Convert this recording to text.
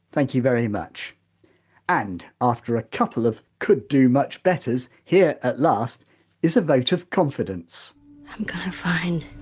thank you very much and, after a couple of could do much betters, here, at last is a vote of confidence i'm going to find